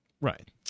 Right